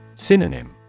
Synonym